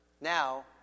Now